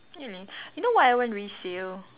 anyway you know why I want resale